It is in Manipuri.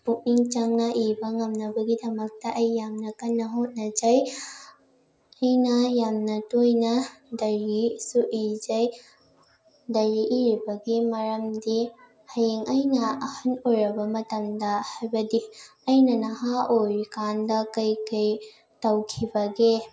ꯄꯨꯛꯅꯤꯡ ꯆꯪꯅ ꯏꯕ ꯉꯝꯅꯕꯒꯤꯗꯃꯛꯇ ꯑꯩ ꯌꯥꯝ ꯀꯟꯅ ꯍꯣꯠꯅꯖꯩ ꯑꯩꯅ ꯌꯥꯝꯅ ꯇꯣꯏꯅ ꯗꯥꯏꯔꯤꯁꯨ ꯏꯖꯩ ꯗꯥꯏꯔꯤ ꯏꯔꯤꯕꯒꯤ ꯃꯔꯝꯗꯤ ꯍꯌꯦꯡ ꯑꯩꯅ ꯑꯍꯜ ꯑꯣꯏꯔꯕ ꯃꯇꯝꯗ ꯍꯥꯏꯕꯗꯤ ꯑꯩꯅ ꯅꯍꯥ ꯑꯣꯏꯔꯤꯀꯥꯟꯗ ꯀꯩꯀꯩ ꯇꯧꯈꯤꯕꯒꯦ